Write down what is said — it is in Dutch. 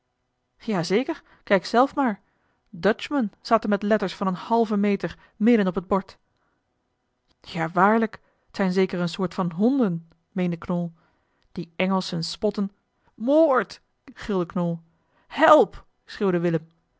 ja zeker kijk zelf maar d u t c h m e n staat er met letters van een halven meter midden op het bord ja waarlijk t zijn zeker eene soort van honden meende knol die engelschen spotten moord gilde knol help schreeuwde willem